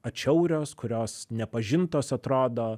atšiaurios kurios nepažintos atrodo